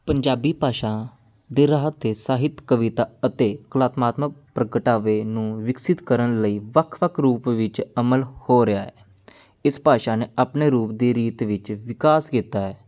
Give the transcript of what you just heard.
ਪੰਜਾਬੀ ਭਾਸ਼ਾ ਦੇ ਰਾਹ 'ਤੇ ਸਾਹਿਤ ਕਵਿਤਾ ਅਤੇ ਕਲਾਤਮਕ ਪ੍ਰਗਟਾਵੇ ਨੂੰ ਵਿਕਸਿਤ ਕਰਨ ਲਈ ਵੱਖ ਵੱਖ ਰੂਪ ਵਿੱਚ ਅਮਲ ਹੋ ਰਿਹਾ ਹੈ ਇਸ ਭਾਸ਼ਾ ਨੇ ਆਪਣੇ ਰੂਪ ਦੀ ਰੀਤ ਵਿੱਚ ਵਿਕਾਸ ਕੀਤਾ ਹੈ